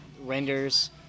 Renders